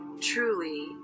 truly